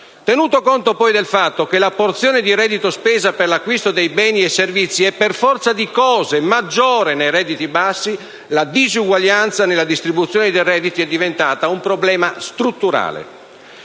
Tenuto conto poi del fatto che la porzione di reddito spesa per l'acquisto dei beni e servizi è, per forza di cose, maggiore nei redditi bassi, la disuguaglianza nella distribuzione dei redditi è diventata un problema strutturale.